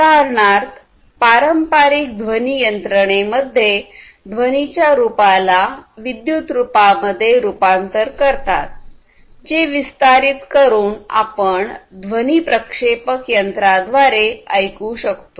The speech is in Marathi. उदाहरणार्थ पारंपारिक ध्वनी यंत्रणेमध्ये ध्वनीच्या रूपाला विद्युत रूपामध्ये रूपांतर करतात जे विस्तारित करून आपण ध्वनि प्रक्षेपक यंत्राद्वारे ऐकू शकतो